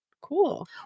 Cool